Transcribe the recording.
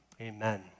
Amen